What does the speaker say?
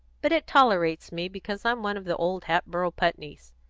but it tolerates me because i'm one of the old hatboro' putneys.